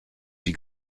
sie